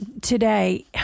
today